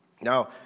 Now